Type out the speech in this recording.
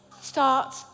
start